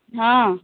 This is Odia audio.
ହଁ